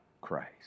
Christ